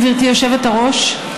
גברתי היושבת-ראש?